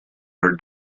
her